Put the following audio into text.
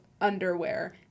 underwear